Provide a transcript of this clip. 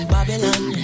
Babylon